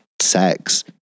sex